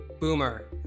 Boomer